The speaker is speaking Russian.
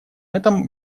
этом